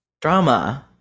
Drama